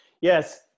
Yes